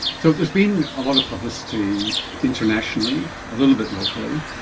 so there's been a lot of publicity internationally, a little bit locally,